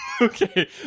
Okay